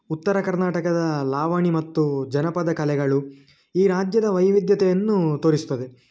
ಉತ್ತರ ಕರ್ನಾಟಕದ ಲಾವಣಿ ಮತ್ತು ಜನಪದ ಕಲೆಗಳು ಈ ರಾಜ್ಯದ ವೈವಿಧ್ಯತೆಯನ್ನು ತೋರಿಸ್ತದೆ